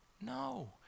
No